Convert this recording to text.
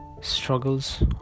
struggles